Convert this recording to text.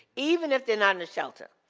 even if they're not in a shelter.